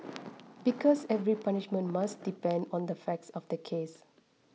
because every punishment must depend on the facts of the case